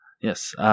Yes